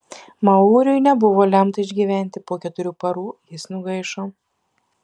mauriui nebuvo lemta išgyventi po keturių parų jis nugaišo